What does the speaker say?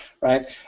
right